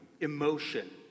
emotion